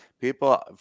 people